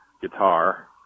guitar